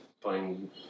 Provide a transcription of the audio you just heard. playing